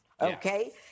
okay